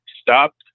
stopped